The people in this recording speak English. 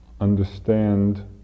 understand